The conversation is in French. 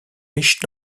riches